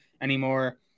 anymore